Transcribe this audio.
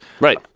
Right